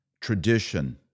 tradition